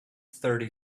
thirty